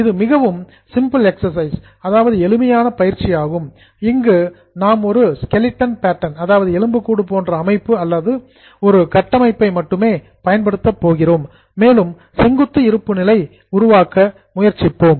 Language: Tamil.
இது மிகவும் சிம்பிள் எக்சசைஸ் எளிமையான பயிற்சி ஆகும் இங்கு நாம் ஒரு ஸ்கெலிட்டன் பேட்டர்ன் எலும்புக்கூடு போன்ற அமைப்பு அல்லது ஒரு ஸ்ட்ரக்சர் கட்டமைப்பை மட்டுமே பயன்படுத்த போகிறோம் மேலும் செங்குத்து இருப்புநிலை உருவாக்க முயற்சிப்போம்